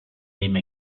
same